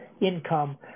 income